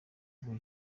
kuvuga